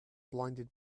blinded